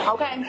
Okay